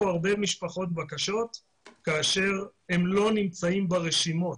הרבה משפחות בקשות כאשר הם לא נמצאים ברשימות.